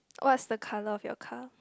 what's the colour of your car